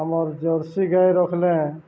ଆମର୍ ଜର୍ସି ଗାଈ ରଖ୍ଲେ